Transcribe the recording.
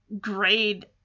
grade